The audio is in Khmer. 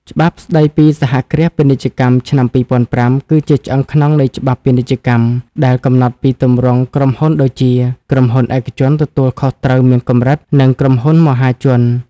ច្បាប់ស្ដីពីសហគ្រាសពាណិជ្ជកម្មឆ្នាំ ២០០៥ គឺជាឆ្អឹងខ្នងនៃច្បាប់ពាណិជ្ជកម្ម ដែលកំណត់ពីទម្រង់ក្រុមហ៊ុនដូចជា ក្រុមហ៊ុនឯកជនទទួលខុសត្រូវមានកម្រិត និងក្រុមហ៊ុនមហាជន។